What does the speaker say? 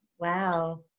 wow